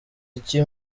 iki